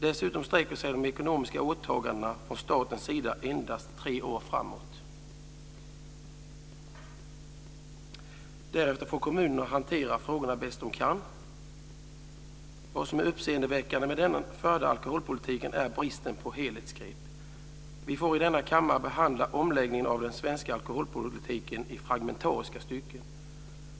Dessutom sträcker sig de ekonomiska åtagandena från statens sida endast tre år framåt. Därefter får kommunerna hantera frågorna bäst de kan. Vad som är uppseendeväckande med den förda alkoholpolitiken är bristen på helhetsgrepp. Vi får i denna kammare behandla omläggningen av den svenska alkoholpolitiken i fragmentariska stycken.